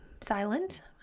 silent